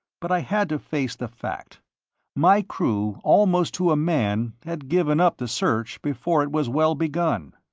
but i had to face the fact my crew almost to a man had given up the search before it was well begun.